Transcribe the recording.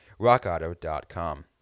rockauto.com